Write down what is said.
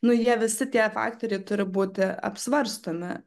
nu jie visi tie faktoriai turi būti apsvarstomi